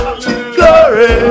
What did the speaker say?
Glory